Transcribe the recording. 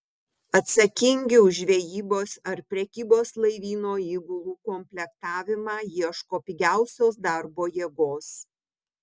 atsakingi už žvejybos ar prekybos laivyno įgulų komplektavimą ieško pigiausios darbo jėgos